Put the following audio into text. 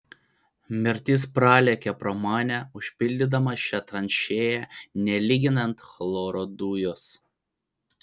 mirtis pralėkė pro mane užpildydama šią tranšėją nelyginant chloro dujos